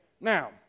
Now